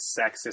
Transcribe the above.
sexist